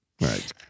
Right